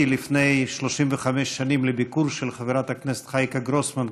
לפני 35 שנים לביקור של חברת הכנסת חייקה גרוסמן,